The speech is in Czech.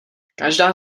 každá